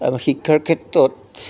তাৰপৰা শিক্ষাৰ ক্ষেত্ৰত